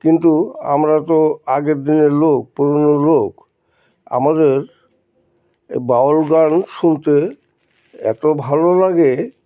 কিন্তু আমরা তো আগের দিনের লোক পুরোনো লোক আমাদের বাউল গান শুনতে এত ভালো লাগে